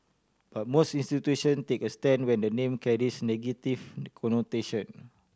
but most institution take a stand when the name carries negative connotation